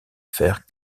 fer